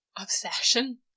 obsession